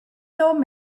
nom